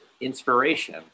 inspiration